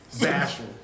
Bashful